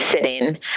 sitting